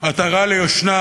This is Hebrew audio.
עטרה ליושנה,